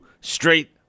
straight